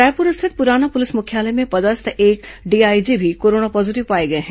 रायपुर स्थित पुराना पुलिस मुख्यालय में पदस्थ एक डीआईजी भी कोरोना पॉजीटिव पाया गया है